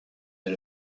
est